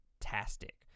fantastic